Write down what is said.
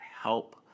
help